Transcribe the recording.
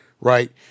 right